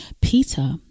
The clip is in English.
Peter